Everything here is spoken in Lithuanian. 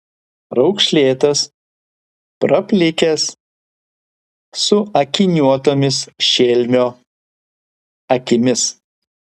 raukšlėtas praplikęs su akiniuotomis šelmio akimis